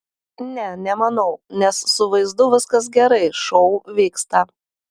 ne nemanau nes su vaizdu viskas gerai šou vyksta